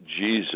Jesus